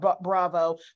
Bravo